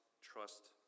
trust